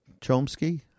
Chomsky